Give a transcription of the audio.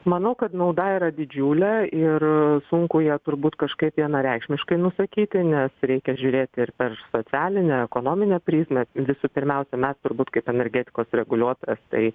manau kad nauda yra didžiulė ir sunku ją turbūt kažkaip vienareikšmiškai nusakyti nes reikia žiūrėti ir per socialinę ekonominę prizmę visų pirmiausia mes turbūt kaip energetikos reguliuotojas tai